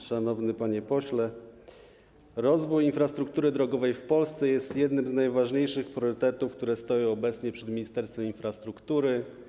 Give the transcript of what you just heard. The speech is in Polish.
Szanowny panie pośle, rozwój infrastruktury drogowej w Polsce jest jednym z najważniejszych priorytetów, jakie stoją obecnie przed Ministerstwem Infrastruktury.